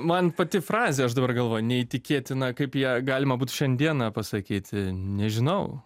man pati frazė aš dabar galvoju neįtikėtina kaip ją galima būti šiandieną pasakyti nežinau